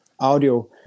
audio